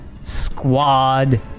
squad